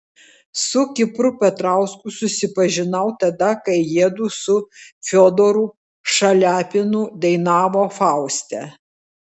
su kipru petrausku susipažinau tada kai jiedu su fiodoru šaliapinu dainavo fauste